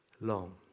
long